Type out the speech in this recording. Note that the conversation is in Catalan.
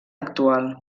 actual